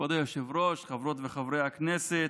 כבוד היושב-ראש, חברות וחברי הכנסת,